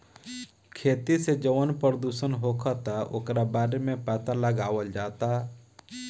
खेती से जवन प्रदूषण होखता ओकरो बारे में पाता लगावल जाता